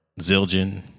Zildjian